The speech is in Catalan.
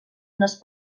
unes